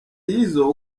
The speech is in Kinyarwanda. izzo